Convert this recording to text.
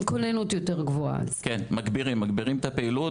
מגבירים פעילות,